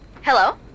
Hello